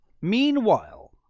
meanwhile